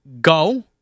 go